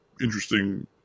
interesting